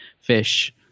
fish